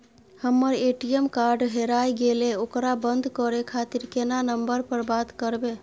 हमर ATM card हेराय गेले ओकरा बंद करे खातिर केना नंबर पर बात करबे?